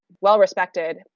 well-respected